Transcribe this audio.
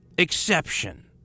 Exception